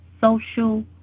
social